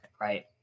Right